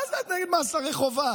מה זה את נגד מאסרי חובה?